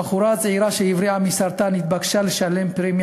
הבחורה הצעירה שהבריאה מסרטן התבקשה לשלם פרמיה